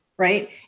Right